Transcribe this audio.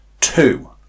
Two